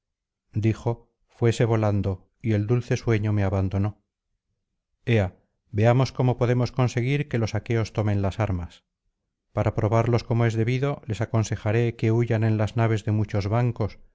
dijo fuese volando y el dulce sueño me abandonó lía veamos cómo podremos conseguir que los aqueos tomen las armas para probarlos como es debido les aconsejaré que huyan en las naves de muchos bancos